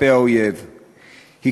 היכן היא?